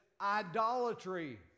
idolatry